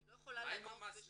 אני לא יכולה --- מה עם המצלמות,